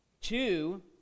Two